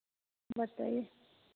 बताइए